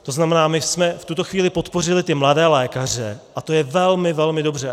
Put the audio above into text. To znamená, my jsme v tuto chvíli podpořili mladé lékaře a to je velmi velmi dobře.